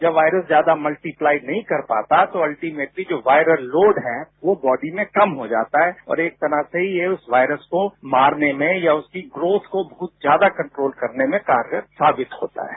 जब वायरस ज्यादा मल्टीप्लाई नहीं कर पाता तो अल्टीमेटलीजो वायरल लोड है वो बॉडी में कम हो जाता है और एक तरह से ये उस वायरस को मारने मेंया उसकी ग्रोथ को बहुत ज्यादा कंट्रोल करने में कारगर साबितहोता है